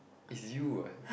is you what